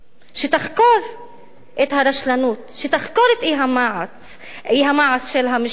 שתחקור את הרשלנות, שתחקור את אי-המעש של המשטרה,